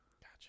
Gotcha